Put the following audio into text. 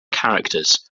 characters